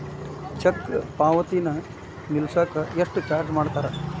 check ಪಾವತಿನ ನಿಲ್ಸಕ ಎಷ್ಟ ಚಾರ್ಜ್ ಮಾಡ್ತಾರಾ